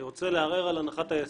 אני רוצה לערער על הנחת היסוד.